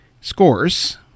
scores